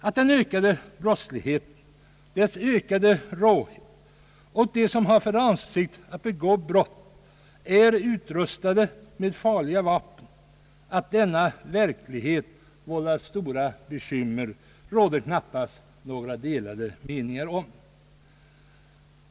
Att den ökade brottsligheten, dess ökade råhet och att de som har för avsikt att begå brott är utrustade med farliga vapen — att denna verklighet vållar stora bekymmer, därom råder knappast några delade meningar.